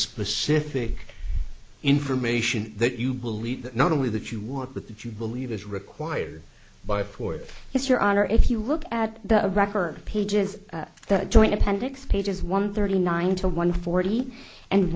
specific information that you believe that not only that you want with that you believe is required by for it is your honor if you look at the record pages that joint appendix pages one thirty nine to one forty and